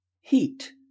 Heat